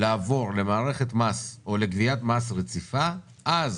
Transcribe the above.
לעבור למערכת גביית מס רציפה אז